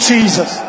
Jesus